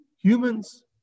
humans